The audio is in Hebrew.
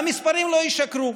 והמספרים לא ישקרו.